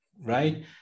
right